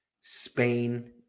Spain